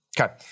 Okay